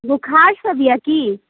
बुखार सब अइ कि